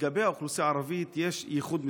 לאוכלוסייה הערבית יש ייחוד מסוים.